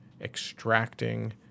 extracting